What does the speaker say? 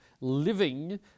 living